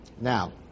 Now